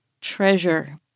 treasure